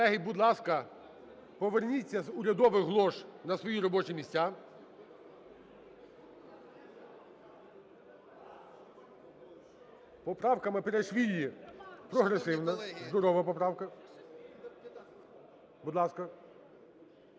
Колеги, будь ласка, поверніться з урядових лож на свої робочі місця. Поправка Мепарішвілі прогресивна, здорова поправка. Будь ласка.